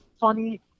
funny